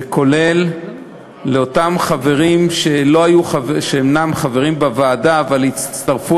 כולל אותם חברים שאינם חברים בוועדה אבל הצטרפו